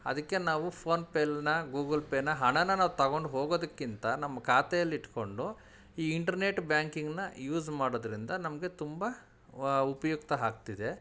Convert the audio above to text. ಅದಕ್ಕೆ ನಾವು ಫೋನ್ ಪೇನ ಗೂಗಲ್ ಪೇನ ಹಣನ ನಾವು ತಗೊಂಡು ಹೋಗೋದಕ್ಕಿಂತ ನಮ್ಮ ಖಾತೆಯಲ್ ಇಟ್ಕೊಂಡು ಈ ಇಂಟ್ರ್ನೆಟ್ ಬ್ಯಾಂಕಿಂಗನ್ನ ಯೂಸ್ ಮಾಡೋದರಿಂದ ನಮಗೆ ತುಂಬ ಉಪಯುಕ್ತ ಆಗ್ತಿದೆ